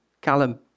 Callum